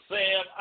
Sam